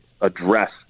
address